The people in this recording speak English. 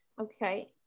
Okay